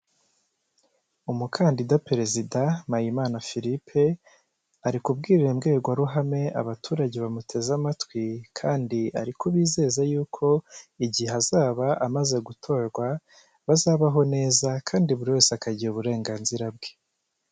Umukandida Perezida Mpayimana Philippe ari kubwira i mbwirwaruhame abaturage bamuteze amatwi kandi ari kubi kubizeza yuko igihe azaba amaze gutorwa bazabaho neza kandi buri wese akagira uburenganzira bwe.